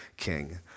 King